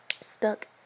Stuck